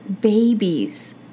babies